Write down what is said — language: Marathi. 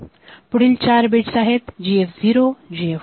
पुढील चार बिट्स आहेत GF 0 GF 1 PD IDL